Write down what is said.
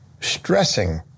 stressing